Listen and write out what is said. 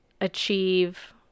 achieve